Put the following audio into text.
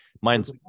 Mine's